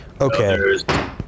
Okay